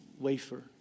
wafer